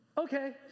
okay